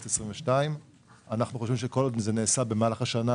2022. אנחנו חושבים שכל עוד זה נעשה במהלך השנה,